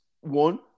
one